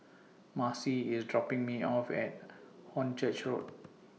Marci IS dropping Me off At Hornchurch Road